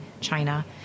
China